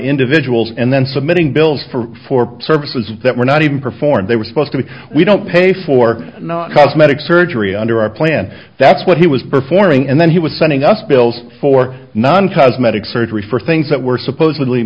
individuals and then submitting bills for for services that were not even performed they were supposed to be we don't pay for not cosmetic surgery under our plan that's what he was performing and then he was sending us bills for non cosmetic surgery for things that were supposedly